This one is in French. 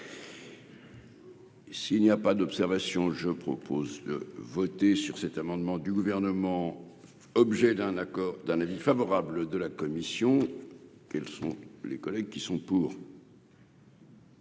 S'il n'y a pas d'observation, je propose de voter sur cet amendement du gouvernement, objet d'un accord d'un avis favorable de la commission, quelles sont les collègues qui sont pour.